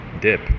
dip